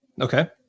Okay